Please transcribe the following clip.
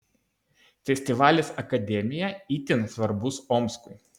festivalis akademija itin svarbus omskui